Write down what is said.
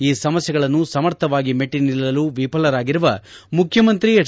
ಈ ಸಮಸ್ಥೆಗಳನ್ನು ಸಮರ್ಥವಾಗಿ ಮೆಟ್ಟ ನಿಲ್ಲಲು ವಿಫಲರಾಗಿರುವ ಮುಖ್ಯಮಂತ್ರಿ ಎಚ್